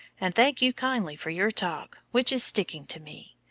and thank you kindly for your talk, which is sticking to me.